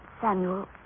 Samuel